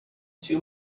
two